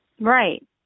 Right